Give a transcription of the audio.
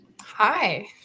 hi